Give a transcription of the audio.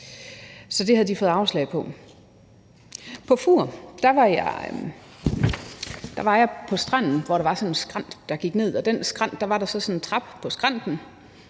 Så det havde de fået afslag på. På Fur var jeg på stranden, hvor der var sådan en skrænt, der gik ned, og på den skrænt var der en trappe.